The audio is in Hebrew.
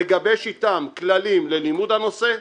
לגבש איתם כללים ללימוד הנושא,